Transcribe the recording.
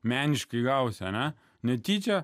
meniškai gavusiame netyčia